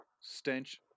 stench